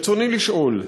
רצוני לשאול: